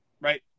right